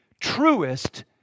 truest